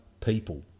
people